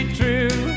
true